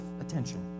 attention